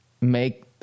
make